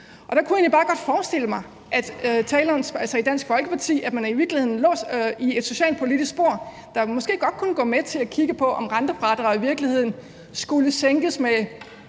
Der kunne jeg bare godt forestille mig, at Dansk Folkeparti i virkeligheden lå i et socialpolitisk spor, hvor man måske godt kunne gå med til at kigge på, om rentefradraget i virkeligheden skulle sænkes med,